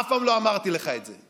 אף פעם לא אמרתי לך את זה.